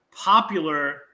Popular